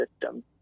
system